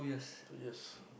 two years